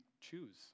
choose